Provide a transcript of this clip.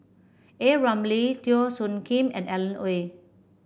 A Ramli Teo Soon Kim and Alan Oei